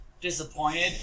disappointed